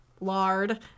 lard